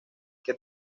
que